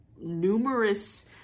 numerous